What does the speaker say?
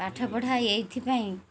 ପାଠପଢ଼ା ଏଇଥିପାଇଁ